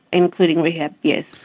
including rehab, yes.